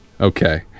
Okay